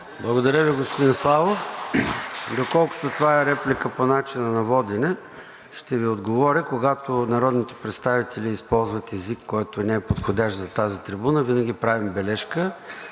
Благодаря Ви, господин Славов. Доколкото това е реплика по начина водене, ще Ви отговоря. Когато народните представители използват език, който не е подходящ за тази трибуна, винаги правим бележка,